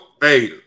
hey